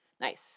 Nice